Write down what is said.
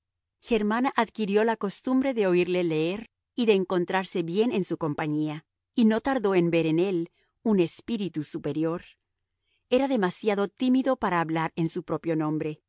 germana adquirió la costumbre de oírle leer y de encontrarse bien en su compañía y no tardó en ver en él un espíritu superior era demasiado tímido para hablar en su propio nombre